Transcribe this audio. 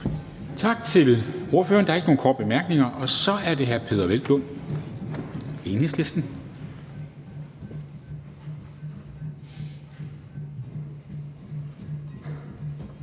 Tak til ordføreren. Der er ikke nogen korte bemærkninger, og så er det hr. Peder Hvelplund, Enhedslisten.